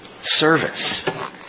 Service